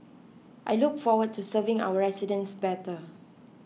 I look forward to serving our residents better